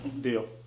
Deal